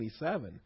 27